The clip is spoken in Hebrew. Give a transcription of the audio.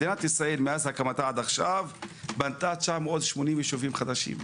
מדינת ישראל מהקמתה עד עכשיו בנתה 980 ישובים חדשים.